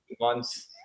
months